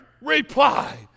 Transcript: reply